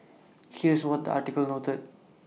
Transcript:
here's what the article noted